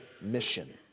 mission